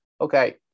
okay